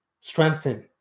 Strengthen